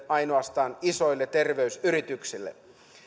ainoastaan isoille terveysyrityksille